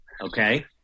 Okay